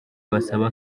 basaba